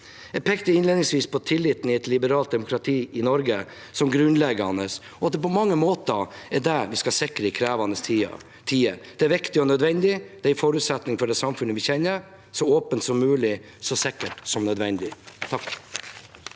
pekte jeg på tilliten i et liberalt demokrati som Norge som grunnleggende, og at det på mange måter er det vi skal sikre i krevende tider. Det er viktig og nødvendig og er en forutsetning for det sam funnet vi kjenner: så åpent som mulig, så sikkert som nødvendig. Odd